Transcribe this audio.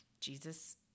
Jesus